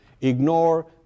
ignore